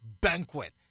banquet